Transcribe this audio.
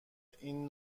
این